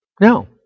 No